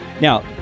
Now